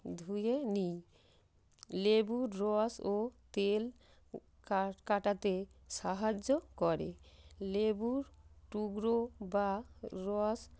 ধুয়ে নিই লেবুর রস ও তেল কাটাতে সাহায্য করে লেবুর টুকরো বা রস